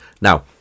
Now